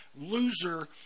loser